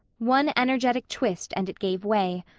one energetic twist and it gave way.